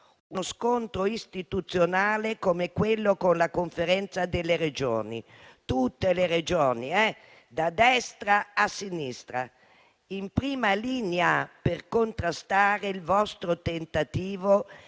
uno scontro istituzionale come quello con la Conferenza delle Regioni e delle Province autonome. Tutte le Regioni, da destra a sinistra, in prima linea per contrastare il vostro tentativo di